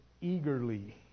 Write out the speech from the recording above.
eagerly